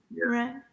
Right